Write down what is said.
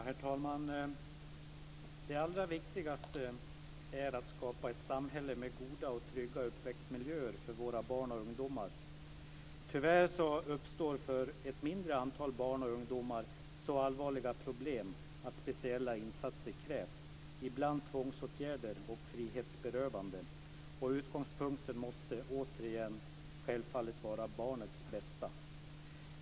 Herr talman! Det allra viktigaste är att skapa ett samhälle med goda och trygga uppväxtmiljöer för våra barn och ungdomar. Tyvärr uppstår det så allvarliga problem för ett mindre antal barn och ungdomar att speciella insatser krävs, ibland tvångsåtgärder och frihetsberövande. Utgångspunkten måste återigen, självfallet, vara barnets bästa.